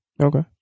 Okay